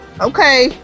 Okay